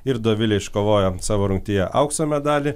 ir dovilė iškovojo savo rungtyje aukso medalį